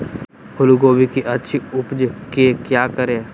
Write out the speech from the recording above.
फूलगोभी की अच्छी उपज के क्या करे?